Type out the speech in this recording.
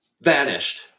Vanished